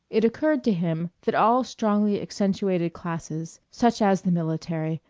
it occurred to him that all strongly accentuated classes, such as the military,